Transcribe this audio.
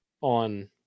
on